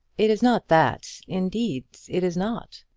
it is not that indeed, it is not.